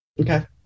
Okay